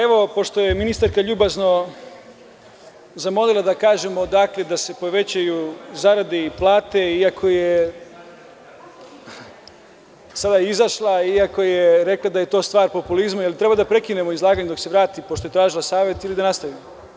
Evo, pošto je ministarka ljubazno zamolila da kažemo odakle da se povećaju zarade i plate, iako je sada izašla, iako je rekla da je to stvar populizma, da li treba da prekinemo izlaganje dok se vrati pošto je tražila savet, ili da nastavim?